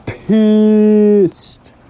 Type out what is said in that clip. pissed